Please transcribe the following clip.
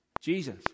Jesus